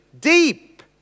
deep